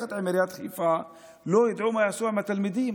יחד עם עיריית חיפה לא ידעו מה יעשו עם התלמידים.